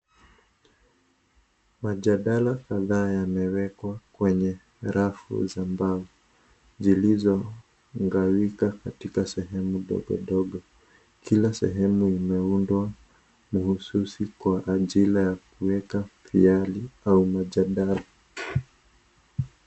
Majadala kadhaa yamewekwa kwenye rafu za mbao zilizo gawika katika sehemu ndogondogo kila sehemu imeundwa muhususi kwa ajili ya kuweka hiali au majadala.